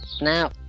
Now